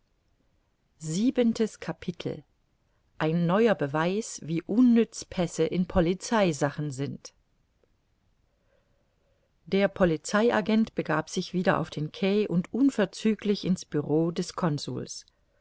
siebentes capitel ein neuer beweis wie unnütz pässe in polizeisachen sind der polizei agent begab sich wieder auf den quai und unverzüglich in's bureau des consuls